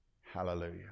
hallelujah